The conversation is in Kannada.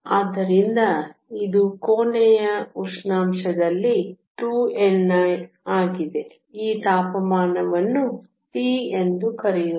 ಆದ್ದರಿಂದ ಇದು ಕೋಣೆಯ ಉಷ್ಣಾಂಶದಲ್ಲಿ 2 ni ಆಗಿದೆ ಈ ತಾಪಮಾನವನ್ನು T‵ ಎಂದು ಕರೆಯೋಣ